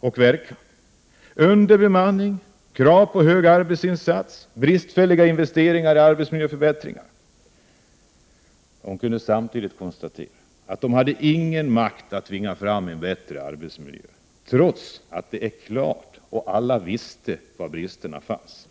och verkan: underbemanning, krav på hög arbetsinsats och bristfälliga investeringar i arbetsmiljöförbättringar. Man kunde samtidigt konstatera att man inte hade någon makt att tvinga fram en bättre arbetsmiljö, trots att alla vet var bristerna finns.